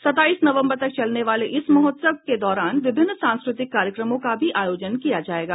सत्ताईस नवंबर तक चलने वाले इस महोत्सव के दौरान विभिन्न सांस्कृतिक कार्यक्रमों का भी आयोजन किया जाएगा